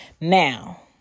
Now